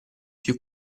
più